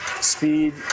speed